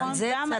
ועל זה אני עמדתי.